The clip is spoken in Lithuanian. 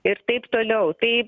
ir taip toliau tai